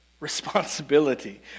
responsibility